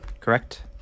Correct